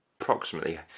approximately